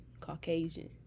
Caucasian